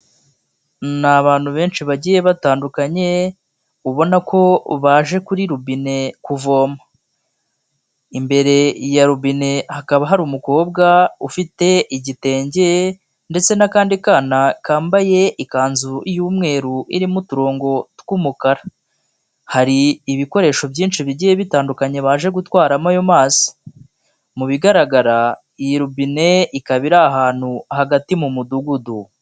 Ni abantu benshi bagiye batandukanye, ubona ko baje kuri robine kuvoma, imbere ya rubine hakaba hari umukobwa ufite igitenge ndetse n'akandi kana kambaye ikanzu y'umweru irimo uturongo tw'umukara, hari ibikoresho byinshi bigiye bitandukanye baje gutwaramo ayo mazi, mu bigaragara iyi robine ikaba iri ahantu hagati mu mudugudu.